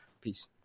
Peace